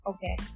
Okay